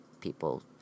people